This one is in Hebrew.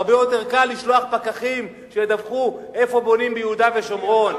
הרבה יותר קל לשלוח פקחים שידווחו איפה בונים ביהודה ושומרון,